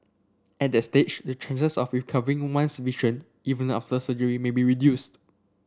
at that stage the chances of recovering one's vision even after surgery may be reduced